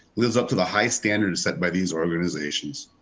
lives up to the high standards set by these organizations.